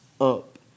up